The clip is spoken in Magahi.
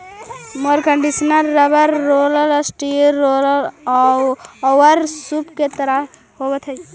mower conditioner rubber roller, steel roller औउर सूप के तरह के होवऽ हई